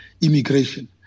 immigration